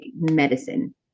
medicine